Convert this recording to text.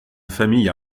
famille